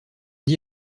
dis